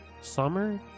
Summer